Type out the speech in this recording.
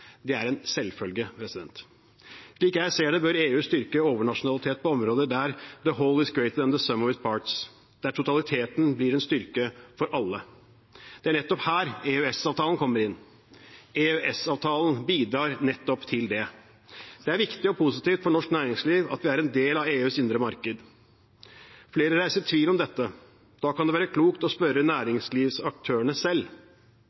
Det er en selvfølge. Slik jeg ser det, bør EU styrke overnasjonalitet på områder der «the whole is greater than the sum of its parts» – der totaliteten blir en styrke for alle. Det er nettopp her EØS-avtalen kommer inn. EØS-avtalen bidrar nettopp til det. Det er viktig og positivt for norsk næringsliv at vi er en del av EUs indre marked. Flere reiser tvil om dette. Da kan det være klokt å spørre næringslivsaktørene selv.